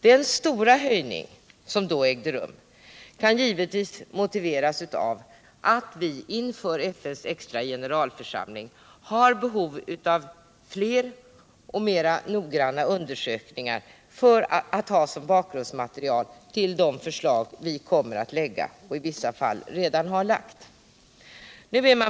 Den stora höjning som då ägde rum kunde givetvis motiveras av att vi inför FN:s extra generalförsamling har behov av fler och mera noggranna undersökningar som bakgrundsmaterial till de förslag vi kommer att lägga och i vissa fall redan har lagt.